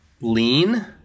lean